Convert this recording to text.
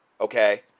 okay